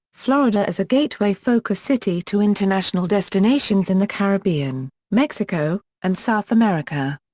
florida as a gateway focus city to international destinations in the caribbean, mexico, and south america.